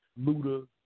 Luda